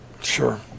Sure